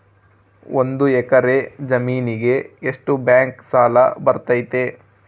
ಒಂದು ಎಕರೆ ಜಮೇನಿಗೆ ಎಷ್ಟು ಬ್ಯಾಂಕ್ ಸಾಲ ಬರ್ತೈತೆ?